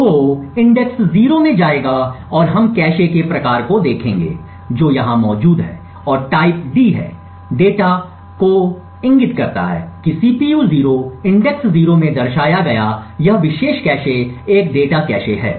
तो इंडेक्स 0 में जाएगा और हम कैश के प्रकार को देखेंगे जो यहां मौजूद है और टाइप डी है डेटा जो इंगित करता है कि सीपीयू 0 इंडेक्स 0 में दर्शाया गया यह विशेष कैश एक डेटा कैश है